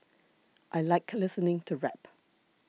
I like listening to rap